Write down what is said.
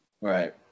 Right